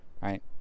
right